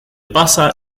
pasa